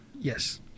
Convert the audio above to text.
Yes